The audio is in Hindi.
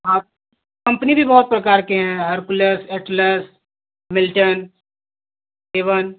हाँ कंपनी भी बहुत प्रकार के हैं Hercules Atlas Milton A one